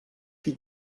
qui